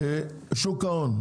שוק ההון,